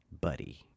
buddy